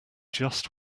just